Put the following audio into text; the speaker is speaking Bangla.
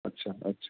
আচ্ছা আচ্ছা